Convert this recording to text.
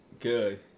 Good